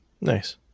Nice